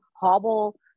hobble